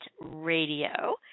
Radio